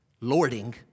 lording